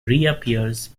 reappears